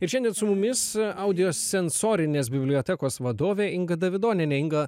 ir šiandien su mumis audio sensorinės bibliotekos vadovė inga davidonienė inga